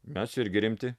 mes irgi rimti